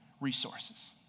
resources